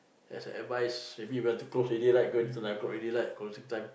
as a advice maybe you want to close already like going to nine o-clock already like closing time